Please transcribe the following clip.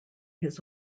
his